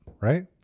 right